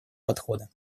подхода